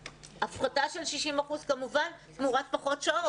הפחתה של 60% כמובן תמורת פחות שעות,